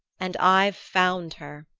and i've found her,